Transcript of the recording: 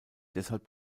deshalb